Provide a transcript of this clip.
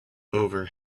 over